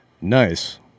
Nice